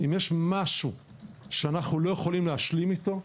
אם יש משהו שאנחנו לא יכולים להשלים איתו,